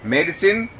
Medicine